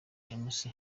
james